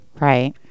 right